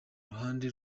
ruhande